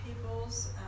peoples